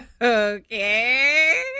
Okay